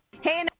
Hey